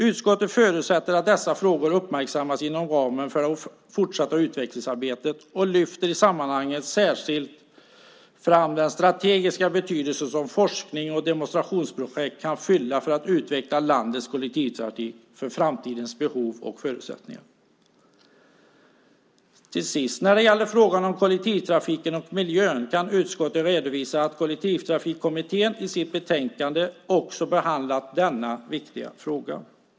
Utskottet förutsätter att dessa frågor uppmärksammas inom ramen för det fortsatta utvecklingsarbetet och lyfter i sammanhanget särskilt fram den strategiska betydelse som forskning och demonstrationsprojekt kan ha för att utveckla landets kollektivtrafik för framtidens behov och förutsättningar. Till sist: När det gäller frågan om kollektivtrafiken och miljön kan utskottet redovisa att Kollektivtrafikkommittén i sitt betänkande också behandlat denna viktiga fråga.